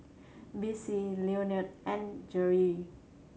Bessie Leonel and Geri